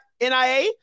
NIA